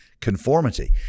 conformity